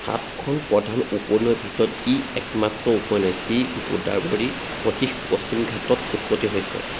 সাতখন প্ৰধান উপনৈৰ ভিতৰত ই একমাত্ৰ উপনৈ যি গোদাবৰীৰ সদৃশ পশ্চিম ঘাটত উৎপত্তি হৈছে